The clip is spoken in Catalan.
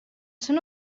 són